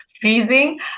freezing